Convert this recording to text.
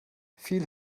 viel